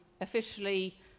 officially